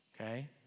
Okay